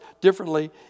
differently